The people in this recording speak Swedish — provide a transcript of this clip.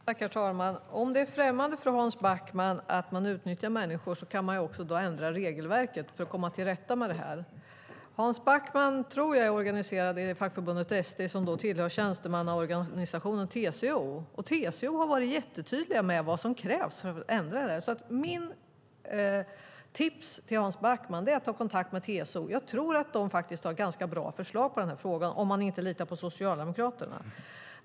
Herr talman! Om det är främmande för Hans Backman att man utnyttjar människor så kan man också ändra regelverket för att komma till rätta med det. Jag tror att Hans Backman är organiserad i fackförbundet ST som tillhör tjänstemannaorganisationen TCO. TCO har varit jättetydliga med vad som krävs för att ändra detta. Mitt tips till Hans Backman är att ta kontakt med TCO. Jag tror att det har ganska bra förslag i frågan, om han inte litar på Socialdemokraterna.